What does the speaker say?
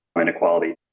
inequality